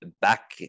back